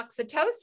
oxytocin